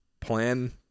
plan